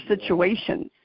situations